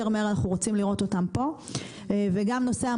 גם נושא המסלול ירוק לטאלנט זר,